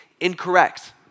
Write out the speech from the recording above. incorrect